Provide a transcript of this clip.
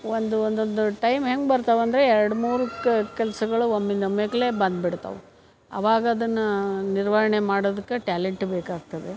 ಒಂದು ಒಂದೊಂದು ಟೈಮ್ ಹೆಂಗೆ ಬರ್ತಾವೆ ಅಂದರೆ ಎರಡು ಮೂರು ಕೆಲಸಗಳು ಒಮ್ಮಿಂದೊಮ್ಮೆಕೇ ಬಂದ್ಬಿಡ್ತಾವೆ ಆವಾಗ ಅದನ್ನು ನಿರ್ವಹಣೆ ಮಾಡೋದಕ್ಕೆ ಟ್ಯಾಲೆಂಟ್ ಬೇಕಾಗ್ತದೆ